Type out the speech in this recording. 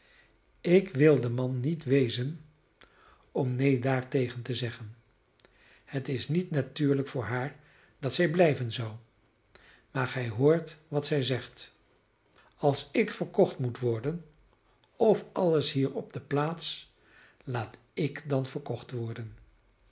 ik wil de man niet wezen om neen daartegen te zeggen het is niet natuurlijk voor haar dat zij blijven zou maar gij hoort wat zij zegt als ik verkocht moet worden of alles hier op de plaats laat ik dan verkocht worden